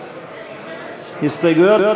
אני קובע כי ההסתייגויות